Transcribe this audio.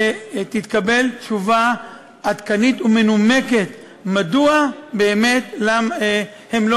שתתקבל תשובה עדכנית ומנומקת מדוע באמת הם לא